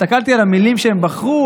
הסתכלתי על המילים שהם בחרו,